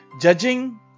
Judging